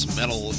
metal